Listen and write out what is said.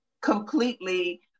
completely